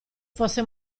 fosse